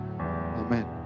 Amen